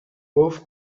both